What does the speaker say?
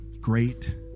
great